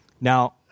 Now